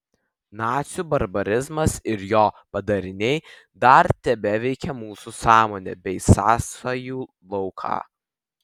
nacių barbarizmas ir jo padariniai dar tebeveikia mūsų sąmonę bei sąsajų lauką